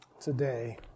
today